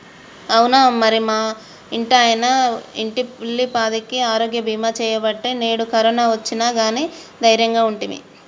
అవునా మరి మా ఇంటాయన ఇంటిల్లిపాదికి ఆరోగ్య బీమా సేయబట్టి నేడు కరోనా ఒచ్చిన గానీ దైర్యంగా ఉంటిమి